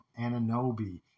Ananobi